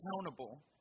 accountable